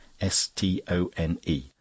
S-T-O-N-E